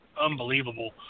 unbelievable